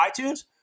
iTunes